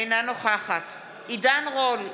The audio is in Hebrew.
אינה נוכחת עידן רול,